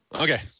Okay